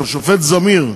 השופט זמיר,